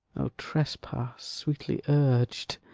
o trespass sweetly urg'd!